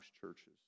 churches